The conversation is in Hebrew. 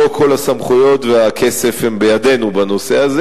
לא כל הסמכויות והכסף הם בידינו בנושא הזה.